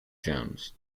jones